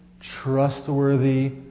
trustworthy